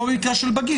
כמו במקרה של בגיר.